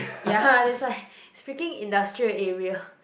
ya that's why is freaking industrial area